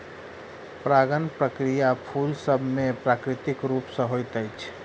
परागण प्रक्रिया फूल सभ मे प्राकृतिक रूप सॅ होइत अछि